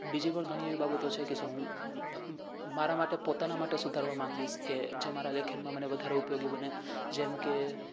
બીજી પણ ઘણી એવી બાબતો છે કે જે હું મારા માટે પોતાના માટે સુધારવા માંગીશ કે જે મારા લેખનમાં મને વધારે ઉપયોગી બને જેમકે